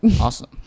Awesome